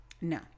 No